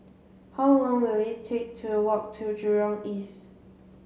how long will it take to walk to Jurong East